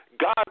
God